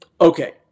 Okay